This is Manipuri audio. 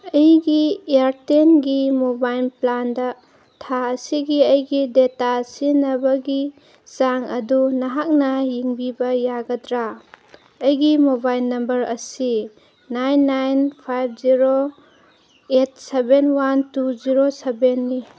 ꯑꯩꯒꯤ ꯏꯌꯥꯔꯇꯦꯜꯒꯤ ꯃꯣꯕꯥꯏꯜ ꯄ꯭ꯂꯥꯟꯗ ꯊꯥ ꯑꯁꯤꯒꯤ ꯑꯩꯒꯤ ꯗꯦꯇꯥ ꯁꯤꯖꯤꯟꯅꯕꯒꯤ ꯆꯥꯡ ꯑꯗꯨ ꯅꯍꯥꯛꯅ ꯌꯦꯡꯕꯤꯕ ꯌꯥꯒꯗ꯭ꯔꯥ ꯑꯩꯒꯤ ꯃꯣꯕꯥꯏꯜ ꯅꯝꯕꯔ ꯑꯁꯤ nine nine five zero eight seven one two zero ꯁꯚꯦꯟꯅꯤ